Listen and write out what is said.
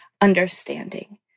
understanding